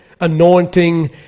anointing